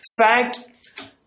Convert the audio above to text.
Fact